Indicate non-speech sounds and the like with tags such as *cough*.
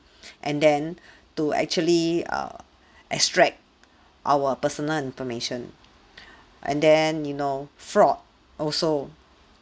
*breath* and then *breath* to actually err extract our personal information *breath* and then you know fraud also